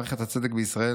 מערכת הצדק בישראל,